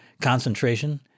concentration